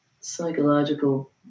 psychological